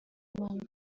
among